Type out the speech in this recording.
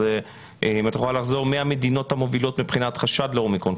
האם את יכולה לחזור מי המדינות המובילות מבחינת חשד לאומיקרון?